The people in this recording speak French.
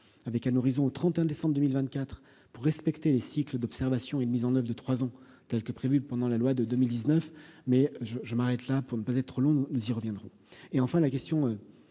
avec un horizon au 31 décembre 2024 pour respecter les cycles d'observation, une mise en oeuvre de trois ans, telle que prévue pendant la loi de 2019 mais je, je m'arrête là pour ne pas être trop long, nous y reviendrons, et enfin la question